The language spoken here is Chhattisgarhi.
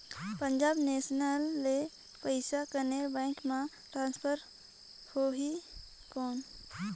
पंजाब नेशनल ले पइसा केनेरा बैंक मे ट्रांसफर होहि कौन?